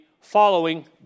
following